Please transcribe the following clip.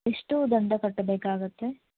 ಎಷ್ಟು ದಂಡ ಕಟ್ಟಬೇಕಾಗುತ್ತೆ